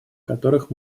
которых